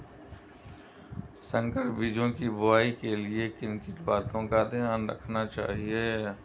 संकर बीजों की बुआई के लिए किन किन बातों का ध्यान रखना चाहिए?